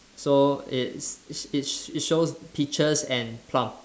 so it's it's it's shows peaches and plum